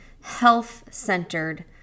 health-centered